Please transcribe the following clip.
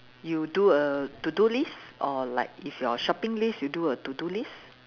you do a to do list or like if your shopping list you do a to do list